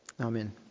Amen